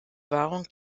wahrung